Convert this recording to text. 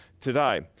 today